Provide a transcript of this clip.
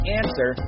answer